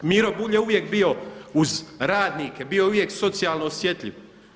Miro Bulj je uvijek bio uz radnike, bio je uvijek socijalno osjetljiv.